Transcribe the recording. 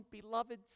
beloved